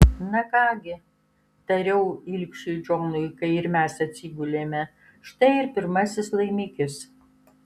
na ką gi tariau ilgšiui džonui kai ir mes atsigulėme štai ir pirmasis laimikis